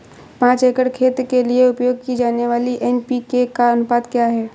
पाँच एकड़ खेत के लिए उपयोग की जाने वाली एन.पी.के का अनुपात क्या है?